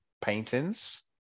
paintings